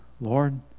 Lord